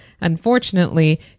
Unfortunately